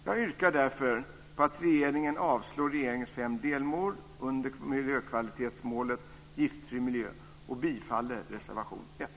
Jag yrkar därför på att riksdagen avslår regeringens fem delmål under miljökvalitetsmålet Giftfri miljö och bifaller reservation 1.